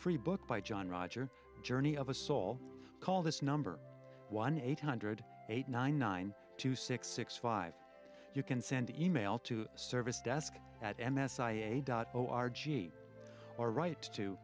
free book by john roger journey of a soul call this number one eight hundred eight nine nine two six six five you can send e mail to service desk at m s i e dot au r g or right to